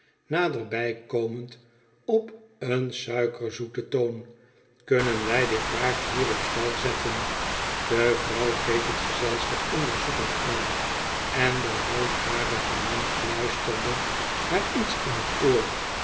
naderbij komend op een suikerzoeten toon kunnen wij dit paard hier op star zetten de vrouw keek het gezelschap onderzoekend aan en de roodharige man fluisterde haar iets in het oor